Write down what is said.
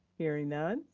hearing none,